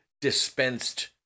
dispensed